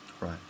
right